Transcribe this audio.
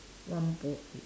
one bowl